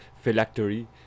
phylactery